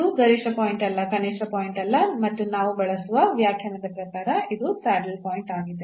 ಇದು ಗರಿಷ್ಠ ಪಾಯಿಂಟ್ ಅಲ್ಲ ಕನಿಷ್ಠ ಪಾಯಿಂಟ್ ಅಲ್ಲ ಮತ್ತು ನಾವು ಬಳಸುವ ವ್ಯಾಖ್ಯಾನದ ಪ್ರಕಾರ ಇದು ಸ್ಯಾಡಲ್ ಪಾಯಿಂಟ್ ಆಗಿದೆ